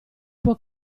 può